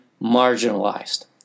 marginalized